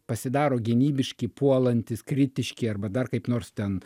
pasidaro gynybiški puolantys kritiški arba dar kaip nors ten